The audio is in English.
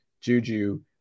Juju